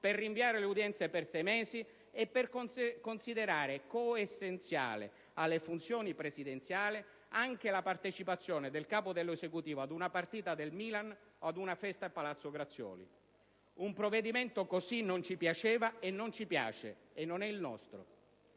per rinviare l'udienza per sei mesi e considerare coessenziale alle funzioni presidenziali anche la partecipazione del Capo dell'Esecutivo ad una partita del Milan o a una festa a Palazzo Grazioli. *(Applausi dal Gruppo PD)*. Un provvedimento così non ci piaceva e non ci piace; e non è il nostro,